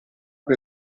per